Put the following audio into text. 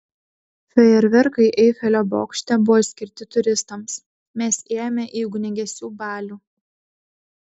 fejerverkai eifelio bokšte buvo skirti turistams mes ėjome į ugniagesių balių